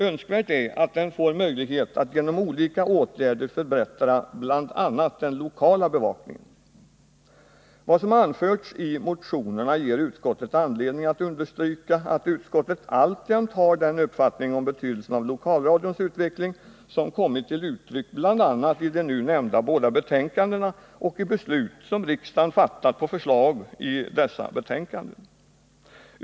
Önskvärt är att den får möjlighet att genom olika åtgärder förbättra bl.a. den lokala bevakningen. Vad som anförts i motionerna ger utskottet anledning att understryka att utskottet alltjämt har den uppfattning om betydelsen av lokalradions utveckling som kommit till uttryck bl.a. i de nu nämnda båda betänkandena . och i beslut som riksdagen fattat på förslag i dessa betänkanden.